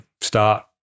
start